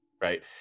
right